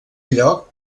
lloc